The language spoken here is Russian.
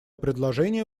предложение